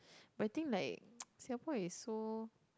but I think like Singapore is so